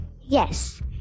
Yes